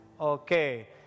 Okay